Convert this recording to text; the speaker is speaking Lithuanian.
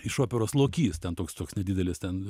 iš operos lokys ten toks toks nedidelis ten